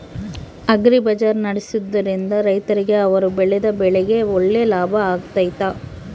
Agri bazaar ನಡೆಸ್ದೊರಿಂದ ರೈತರಿಗೆ ಅವರು ಬೆಳೆದ ಬೆಳೆಗೆ ಒಳ್ಳೆ ಲಾಭ ಆಗ್ತೈತಾ?